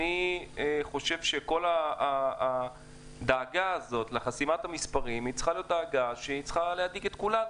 אני חושב שכל הדאגה לחסימת המספרים צריכה להיות דאגה של כולנו.